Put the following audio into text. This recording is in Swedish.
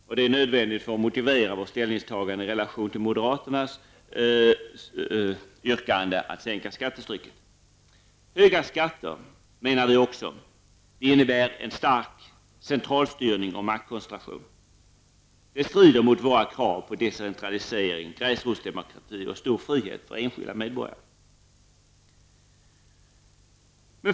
Det är nödvändigt för att motivera vårt ställningstagande i relation till moderaternas yrkande att sänka skattetrycket. Vi menar att höga skatter innebär en stark centralstyrning och maktkoncentration. Detta strider mot våra krav på decentralisering, gräsrotsdemokrati och stor frihet för enskilda medborgare.